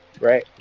Right